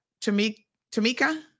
Tamika